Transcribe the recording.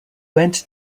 went